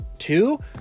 Two